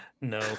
No